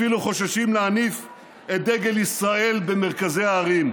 אפילו חוששים להניף את דגל ישראל במרכזי הערים.